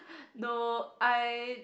no I